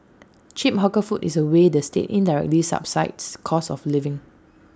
cheap hawker food is A way the state indirectly subsidises cost of living